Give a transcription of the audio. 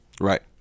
Right